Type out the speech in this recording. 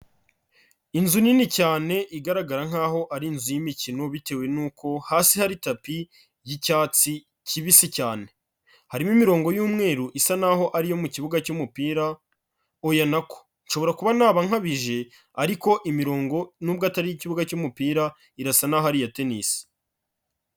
Inzu nini cyane igaragara nkaho ari inzu y'imikino bitewe nuko hasi hari tapi y'icyatsi kibisi cyane. Harimo imirongo y'umweru isa naho ari iyo mu kibuga cy'umupira, oya nako nshobora kuba nkabije, ariko imirongo nubwo atari iyo ikibuga cy'umupira, irasa naho ari iya tennis.